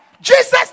Jesus